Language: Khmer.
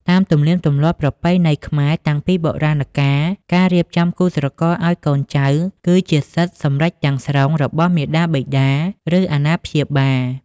តាមទំនៀមទម្លាប់ប្រពៃណីខ្មែរតាំងពីបុរាណកាល ការរៀបចំគូស្រករឱ្យកូនចៅ គឺជាសិទ្ធិសម្រេចទាំងស្រុងរបស់មាតាបិតា ឬអាណាព្យាបាល។